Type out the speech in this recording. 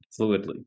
fluidly